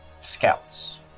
scouts